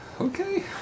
Okay